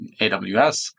AWS